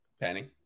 Penny